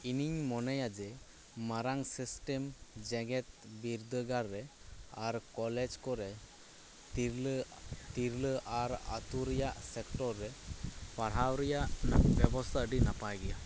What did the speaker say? ᱤᱧᱤᱧ ᱢᱚᱱᱮᱭᱟ ᱡᱮ ᱢᱟᱨᱟᱝ ᱥᱤᱥᱴᱮᱢ ᱡᱮᱜᱮᱫ ᱵᱤᱨᱫᱟᱹᱜᱟᱲ ᱨᱮ ᱟᱨ ᱠᱚᱞᱮᱡᱽ ᱠᱚᱨᱮ ᱛᱤᱨᱞᱟᱹ ᱛᱤᱨᱞᱟᱹ ᱟᱨ ᱟᱛᱩ ᱨᱮᱭᱟᱜ ᱥᱮᱠᱴᱚᱨ ᱨᱮ ᱯᱟᱲᱦᱟᱣ ᱨᱮᱭᱟᱜ ᱵᱮᱵᱚᱥᱛᱟ ᱟᱰᱤ ᱱᱟᱯᱟᱭ ᱜᱮᱭᱟ